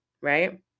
right